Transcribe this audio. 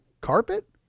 carpet